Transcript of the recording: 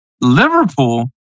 Liverpool